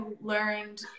learned